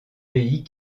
pays